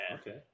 Okay